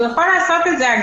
הוא יכול לעשות את זה.